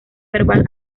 verbal